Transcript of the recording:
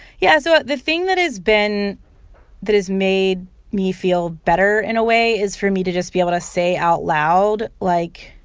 yeah, so the thing that has been that has made me feel better in a way is for me to just be able to say out loud, like,